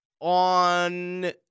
on